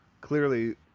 clearly